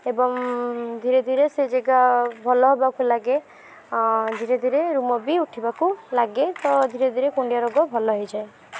ଏବଂ ଧୀରେ ଧୀରେ ସେ ଯାଗା ଭଲ ହେବାକୁ ଲାଗେ ଧୀରେ ଧୀରେ ରୁମ ବି ଉଠିବାକୁ ଲାଗେ ତ ଧୀରେ ଧୀରେ କୁଣ୍ଡିଆ ରୋଗ ଭଲ ହେଇଯାଏ